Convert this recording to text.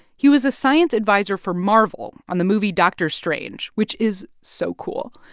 he was a science adviser for marvel on the movie doctor strange, which is so cool.